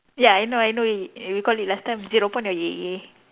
ya I know I know it we call it last time zero point or yay yay